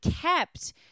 kept